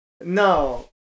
No